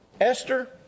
Esther